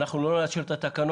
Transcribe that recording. אנחנו לא נאשר את התקנות.